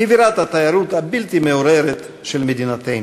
כבירת התיירות הבלתי-מעורערת של מדינתנו.